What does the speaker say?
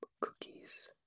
Cookies